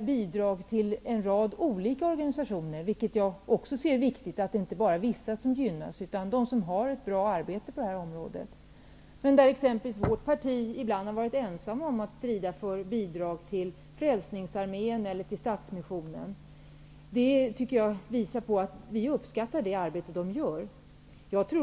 bidrag till en rad olika organisationer -- det är viktigt att det inte bara är vissa organisationer som gynnas utan alla organisationer som gör ett bra arbete -- i landstinget och i Stockholms fullmäktige, där vårt parti har varit ensamt om att strida för bidrag till t.ex. Frälningsarmén eller Stadsmissionen. Det visar att vi uppskattar det arbete som dessa organisationer utför.